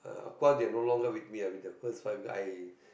uh they are no longer with me ah with the first wife I